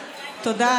תודה.